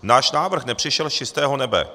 Náš návrh nepřišel z čistého nebe.